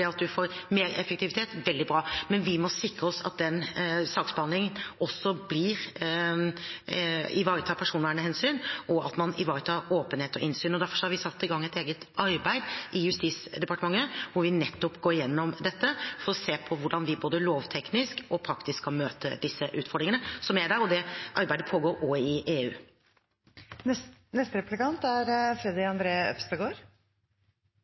at man får mer effektivitet, er veldig bra, men vi må sikre oss at den saksbehandlingen også ivaretar personvernhensyn, og at man ivaretar åpenhet og innsyn. Derfor har vi satt i gang et eget arbeid i Justisdepartementet hvor vi nettopp går gjennom dette for å se på hvordan vi både lovteknisk og praktisk kan møte disse utfordringene som er der, og det arbeidet pågår også i